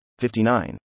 59